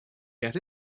get